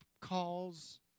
calls